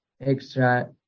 extra